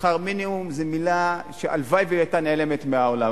"שכר מינימום" זאת מלה שהלוואי שהיתה נעלמת מהעולם,